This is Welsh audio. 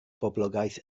boblogaeth